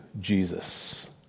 Jesus